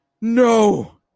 no